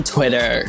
Twitter